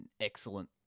excellent